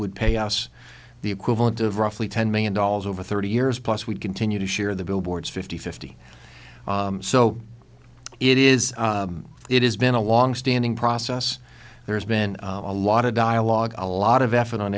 would pay us the equivalent of roughly ten million dollars over thirty years plus we continue to share the billboards fifty fifty so it is it has been a long standing process there's been a lot of dialogue a lot of effort on